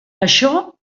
això